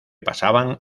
pasaban